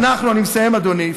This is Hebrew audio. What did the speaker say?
אני מסיים, אדוני.